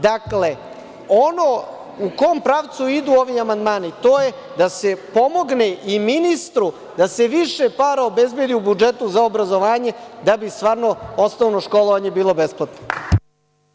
Dakle, ono u kom pravcu idu ovi amandmani, to je da se pomogne i ministru da se više para obezbedi u budžetu za obrazovanje da bi stvarno osnovno školovanje bilo besplatno.